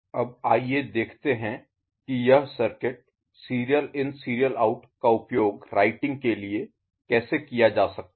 अब आइए देखते हैं कि यह सर्किट SISO का उपयोग राइटिंग के लिए कैसे किया जा सकता है